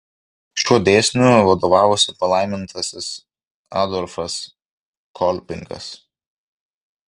šiuo dėsniu vadovavosi palaimintasis adolfas kolpingas